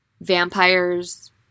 vampires